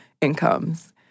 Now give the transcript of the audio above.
incomes